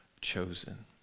chosen